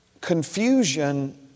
confusion